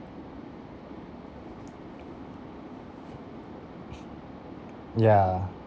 yeah